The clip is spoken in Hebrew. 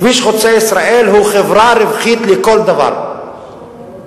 כביש חוצה-ישראל הוא חברה רווחית לכל דבר והוא,